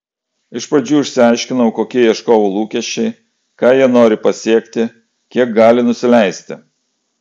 iš pradžių išsiaiškinau kokie ieškovų lūkesčiai ką jie nori pasiekti kiek gali nusileisti